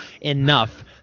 enough